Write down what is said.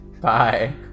Bye